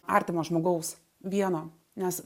artimo žmogaus vieno nes